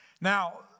Now